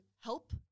help